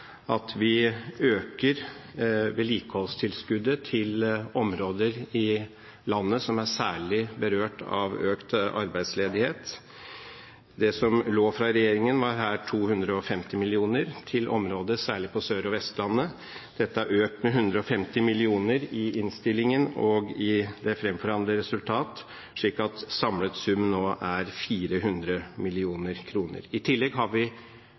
at vi øker vedlikeholdstilskuddet til områder i landet som er særlig berørt av økt arbeidsledighet. Det som lå fra regjeringen, var her 250 mill. kr til området særlig på Sør- og Vestlandet. Dette har økt med 150 mill. kr i innstillingen og i det framforhandlede resultat, slik at samlet sum nå er 400 mill. kr. I tillegg har vi